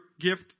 gift